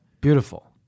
Beautiful